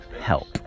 help